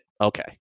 okay